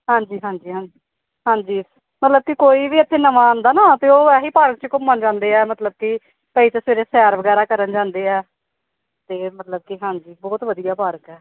ਹਾਂਜੀ ਹਾਂਜੀ ਹਾਂਜੀ ਹਾਂਜੀ ਮਤਲਬ ਕਿ ਕੋਈ ਵੀ ਇੱਥੇ ਨਵਾਂ ਆਉਂਦਾ ਨਾ ਤਾਂ ਉਹ ਇਹੀ ਪਾਰਕ 'ਚ ਘੁੰਮਣ ਜਾਂਦੇ ਆ ਮਤਲਬ ਕਿ ਕਈ ਤਾਂ ਸਵੇਰੇ ਸੈਰ ਵਗੈਰਾ ਕਰਨ ਜਾਂਦੇ ਆ ਅਤੇ ਮਤਲਬ ਕਿ ਹਾਂਜੀ ਬਹੁਤ ਵਧੀਆ ਪਾਰਕ ਹੈ